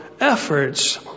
efforts